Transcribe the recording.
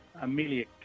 Amelia